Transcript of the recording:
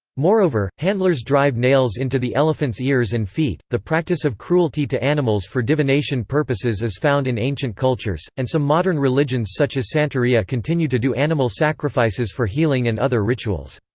moreover, handlers drive nails into the elephants' ears and feet the practice of cruelty to animals for divination purposes is found in ancient cultures, and some modern religions such as santeria continue to do animal sacrifices for healing and other rituals.